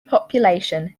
population